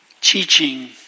teaching